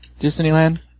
Disneyland